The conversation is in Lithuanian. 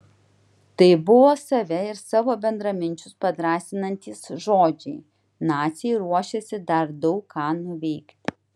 tai buvo save ir savo bendraminčius padrąsinantys žodžiai naciai ruošėsi dar daug ką nuveikti